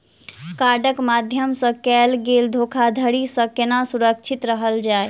कार्डक माध्यम सँ कैल गेल धोखाधड़ी सँ केना सुरक्षित रहल जाए?